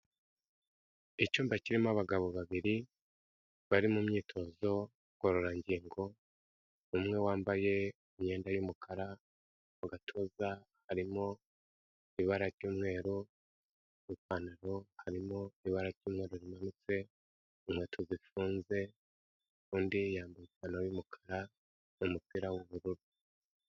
Icyumba kirimo abagabo babiri bari mu myitozo ngororangingo umwe wambaye imyenda y'umukara mu gatuza harimo ibara ry'umweru n'ipantaro harimo ibara ry'umweru rimanutse, inkweto zifunze undi yambaye ipantaro y'umukara n'umupira w'ubururu.